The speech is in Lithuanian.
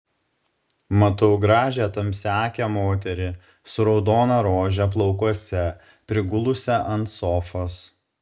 matau gražią tamsiaakę moterį su raudona rože plaukuose prigulusią ant sofos